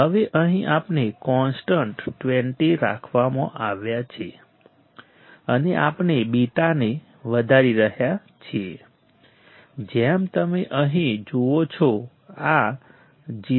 હવે અહીં આપણે કોન્સ્ટન્ટ 20 રાખવામાં આવ્યા છે અને આપણે β ને વધારી રહ્યા છીએ જેમ તમે અહીં જુઓ છો આ 0